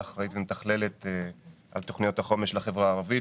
שאחראית על תוכניות החומש לחברה הערבית ומתכללת אותן.